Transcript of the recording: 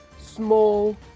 small